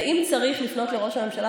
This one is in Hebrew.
ואם צריך לפנות לראש הממשלה,